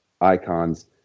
icons